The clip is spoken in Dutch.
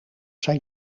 zijn